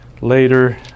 later